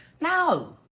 No